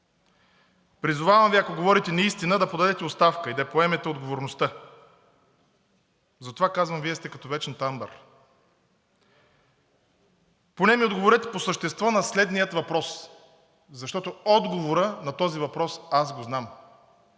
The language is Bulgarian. Призовавам Ви, ако говорите неистина, да подадете оставка и да поемете отговорността. Затова казвам: Вие сте като „Вечната Амбър“. Поне ми отговорете по същество на следния въпрос, защото отговорът на този въпрос аз го знам: